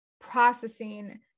processing